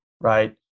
right